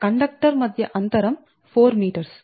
conductor మధ్య అంతరం 4m